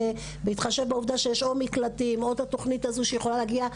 בהתחשב בעובדה שיש או מקלטים או את התוכנית הזאת שיכולה להגיע,